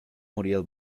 muriel